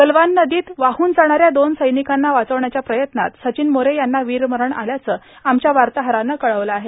गलवान नदीत वाहन जाणाऱ्या दोन सैनिकांना वाचवण्याच्या प्रयत्नात सचिन मोरे यांना वीरमरण आल्याचं आमच्या वार्ताहरानं कळवलं आहे